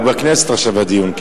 הוא בכנסת עכשיו, הדיון.